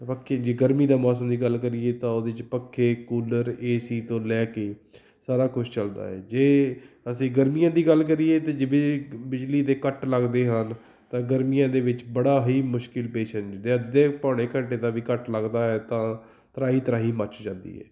ਬਾਕੀ ਜੇ ਗਰਮੀ ਦੇ ਮੌਸਮ ਦੀ ਗੱਲ ਕਰੀਏ ਤਾਂ ਉਹਦੇ 'ਚ ਪੱਖੇ ਕੂਲਰ ਏ ਸੀ ਤੋਂ ਲੈ ਕੇ ਸਾਰਾ ਕੁਛ ਚੱਲਦਾ ਹੈ ਜੇ ਅਸੀਂ ਗਰਮੀਆਂ ਦੀ ਗੱਲ ਕਰੀਏ ਤਾਂ ਜਿਵੇਂ ਬਿਜਲੀ ਦੇ ਕੱਟ ਲੱਗਦੇ ਹਨ ਤਾਂ ਗਰਮੀਆਂ ਦੇ ਵਿੱਚ ਬੜਾ ਹੀ ਮੁਸ਼ਕਿਲ ਬੇਚੈਨ ਹੁੰਦੇ ਜੇ ਅੱਧੇ ਪੌਣੇ ਘੰਟੇ ਦਾ ਵੀ ਕੱਟ ਲੱਗਦਾ ਹੈ ਤਾਂ ਤਰਾਹੀ ਤਰਾਹੀ ਮੱਚ ਜਾਂਦੀ ਹੈ